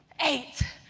eight.